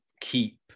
keep